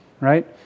right